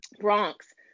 Bronx